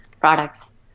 products